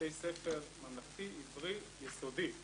בתי ספר ממלכתי-עברי יסודי,